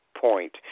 point